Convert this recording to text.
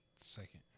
second